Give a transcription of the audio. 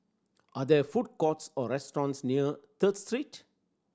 are there food courts or restaurants near Third Street